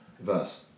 verse